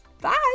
Bye